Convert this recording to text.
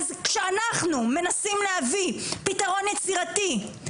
אז אנחנו מנסים להביא פיתרון יצירתי,